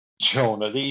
Jonah